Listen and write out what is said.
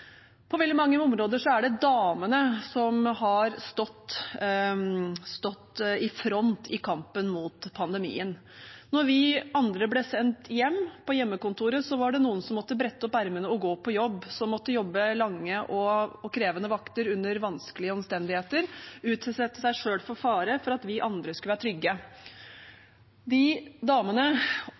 På veldig mange områder er det damene som har stått i front i kampen mot pandemien. Da vi andre ble sendt hjem på hjemmekontoret, var det noen som måtte brette opp ermene og gå på jobb, som måtte jobbe lange og krevende vakter under vanskelige omstendigheter og utsette seg selv for fare for at vi andre skulle være trygge. De damene